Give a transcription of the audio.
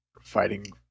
fighting